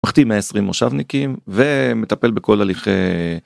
מחתים 120 מושבניקים, ומטפל בכל הליכי...